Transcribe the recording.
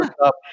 up